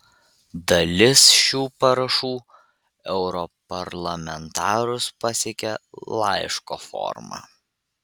dalis šių parašų europarlamentarus pasiekė laiško forma